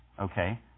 okay